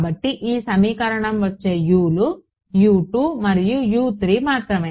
కాబట్టి ఈ సమీకరణంలో వచ్చే U లు మరియు మాత్రమే